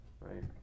right